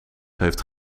heeft